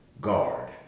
Guard